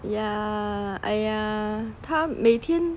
yeah !aiya! 他每天